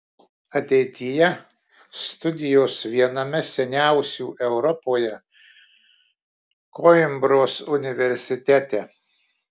ateityje studijos viename seniausių europoje koimbros universitete